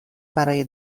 برای